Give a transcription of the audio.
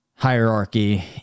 Hierarchy